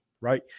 right